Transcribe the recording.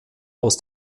aus